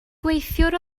gweithiwr